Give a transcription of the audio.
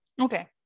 okay